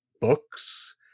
books